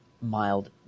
mild